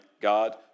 God